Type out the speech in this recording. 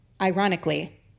ironically